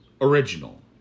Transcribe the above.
original